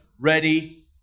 Ready